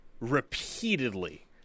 repeatedly